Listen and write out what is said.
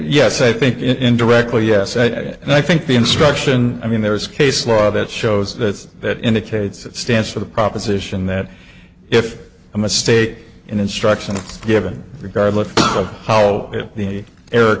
yes i think indirectly yes ed and i think the instruction i mean there is case law that shows that that indicates that stands for the proposition that if a mistake in instruction given regardless of how the er